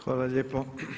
Hvala lijepo.